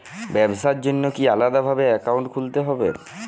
ব্যাবসার জন্য কি আলাদা ভাবে অ্যাকাউন্ট খুলতে হবে?